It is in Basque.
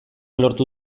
lortu